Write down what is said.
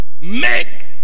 Make